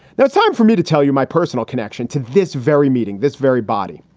now it's time for me to tell you my personal connection to this very meeting, this very body.